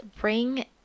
bring